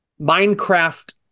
Minecraft